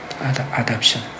adoption